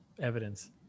evidence